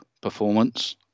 performance